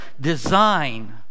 design